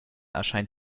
erscheint